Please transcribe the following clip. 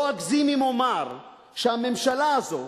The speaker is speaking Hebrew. לא אגזים אם אומר שהממשלה הזאת